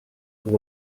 pour